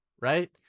right